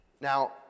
Now